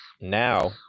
now